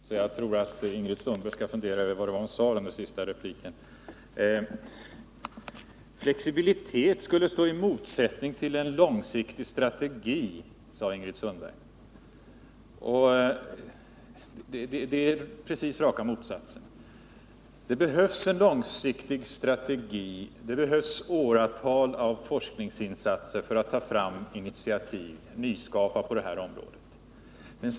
Herr talman! Det där sista begrep jag inte alls. Jag tror att Ingrid Sundberg skall fundera över vad hon sade. Flexibilitet skulle stå i motsats till en långsiktig strategi, sade Ingrid Sundberg. Det är precis raka motsatsen. Det behövs en långsiktig strategi. Det behövs åratal av forskningsinsatser för att ta fram initiativ, för att nyskapa på det här området.